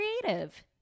creative